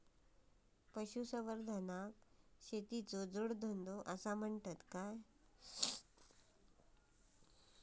पशुसंवर्धनाक शेतीचो जोडधंदो आसा म्हणतत काय?